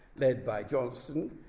led by jonson,